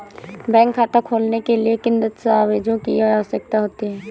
Bank खाता खोलने के लिए किन दस्तावेजों की आवश्यकता होती है?